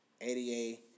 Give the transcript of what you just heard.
Ada